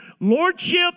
lordship